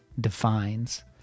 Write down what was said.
defines